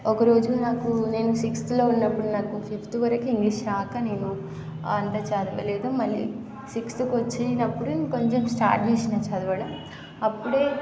ఒక రోజు నాకు నేను సిక్స్త్లో ఉన్నపుడు నాకు ఫిఫ్త్ వరకు ఇంగ్లీష్ రాక నేను అంత చదవలేదు మళ్ళీ సిక్స్త్కి వచ్చినపుడు ఇంకా కొంచెం స్టార్ట్ చేసాను చదవడం అప్పుడే